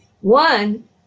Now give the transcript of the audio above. One